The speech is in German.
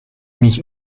mich